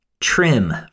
trim